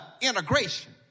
integration